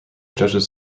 judges